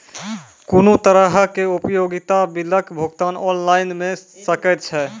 कुनू तरहक उपयोगिता बिलक भुगतान ऑनलाइन भऽ सकैत छै?